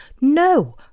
No